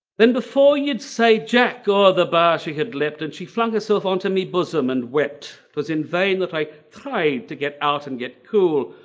then before you'd say jack or the bar she had left and she flung herself onto me bosom and wept because in vain that i tried to get out and get cool.